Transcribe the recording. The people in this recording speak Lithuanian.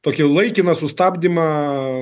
tokį laikiną sustabdymą